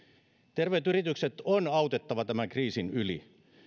terveet yritykset on autettava tämän kriisin yli